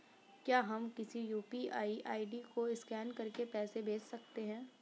क्या हम किसी यू.पी.आई आई.डी को स्कैन करके पैसे भेज सकते हैं?